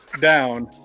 down